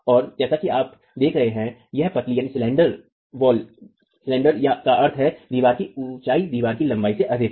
और जैसा कि आप देख रहे हैं यह पतली का अर्थ है कि दीवार कि ऊंचाई दीवार की लंबाई से ही अधिक है